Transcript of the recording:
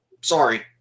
Sorry